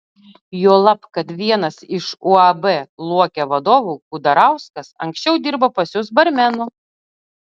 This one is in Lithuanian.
juolab kad vienas iš uab luokė vadovų kudarauskas anksčiau dirbo pas jus barmenu